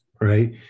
right